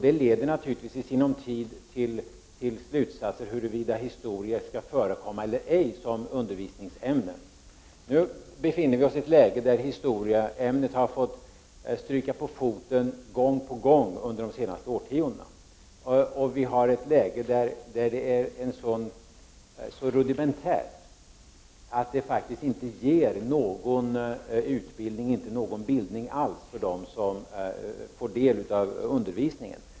Det leder naturligtvis i sinom tid till slutsatser om huruvida historia skall förekomma eller ej som undervisningsämne. Nu befinner vi oss i ett läge där historieämnet har fått stryka på foten gång på gång under de senaste årtiondena. Ämnet är numera så rudimentärt att det faktiskt inte ger någon utbildning eller bildning alls till dem som får del av undervisningen.